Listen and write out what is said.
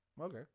Okay